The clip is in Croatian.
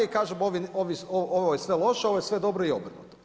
I kažemo ovo je sve loše, ovo je sve dobro i obrnuto.